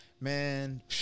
man